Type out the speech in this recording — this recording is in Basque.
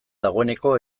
dagoeneko